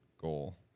goal